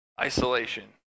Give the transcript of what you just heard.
isolation